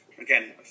Again